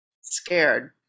scared